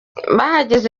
bahageze